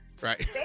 right